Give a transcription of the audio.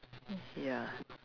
mm ya